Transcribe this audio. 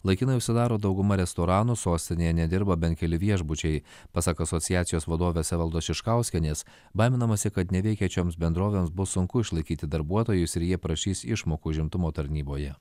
laikinai užsidaro dauguma restoranų sostinėj nedirba bent keli viešbučiai pasak asociacijos vadovės evaldos šiškauskienės baiminamasi kad neveikiančioms bendrovėms bus sunku išlaikyti darbuotojus ir jie prašys išmokų užimtumo tarnyboje